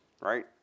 right